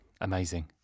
Amazing